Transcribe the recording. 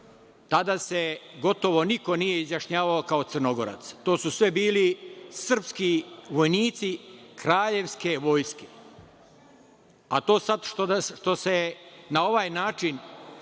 Tada se gotovo niko nije izjašnjavao kao Crnogorac. To su sve bili srpski vojnici kraljevske vojske, a to sad što se na neki način